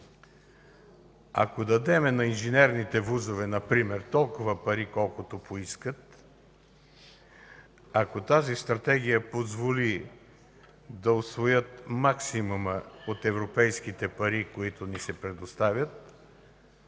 ако дадем на инженерните вузове например толкова пари, колкото поискат, ако тази Стратегия позволи да усвоят максимума от европейските пари, които ни се предоставят,